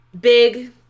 big